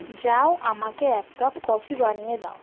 যাও আমাকে এক কাপ কফি বানিয়ে দাও